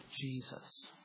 Jesus